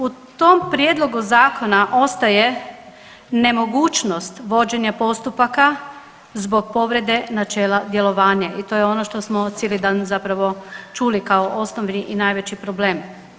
U tom Prijedlogu zakona ostaje nemogućnost vođenja postupaka zbog povrede načela djelovanja i to je ono što smo cijeli dan zapravo čuli kao osnovni i najveći problem.